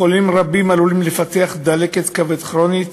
חולים רבים עלולים לפתח דלקת כבד כרונית,